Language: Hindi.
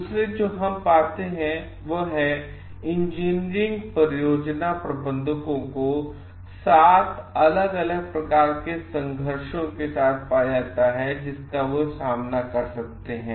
इसलिए जो हम पाते हैं इंजीनियरिंग परियोजना प्रबंधकों ने 7 अलग अलग प्रकार के संघर्ष को पाया है जिनका वे सामना कर सकते हैं